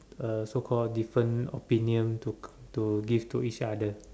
uh so call different opinion to to give to each other